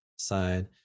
side